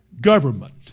government